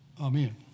Amen